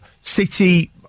City